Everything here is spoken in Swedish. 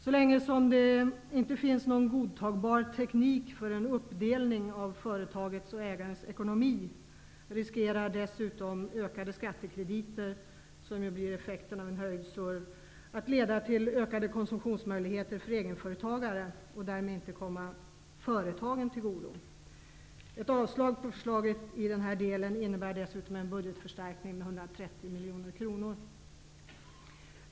Så länge det inte finns någon godtagbar teknik för en uppdelning av företagets och ägarens ekonomi finns det dessutom risk att ökade skattekrediter, som ju blir effekten av en höjd SURV, leder till ökade konsumtionsmöjligheter för egenföretagaren, och därmed inte kommer företagen till godo. Ett avslag på förslaget i den här delen innebär dessutom en budgetförstärkning med 130 miljoner kronor.